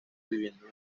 viviendo